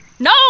No